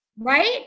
right